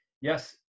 yes